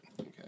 Okay